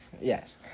Yes